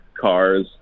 cars